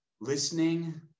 Listening